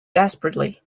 desperately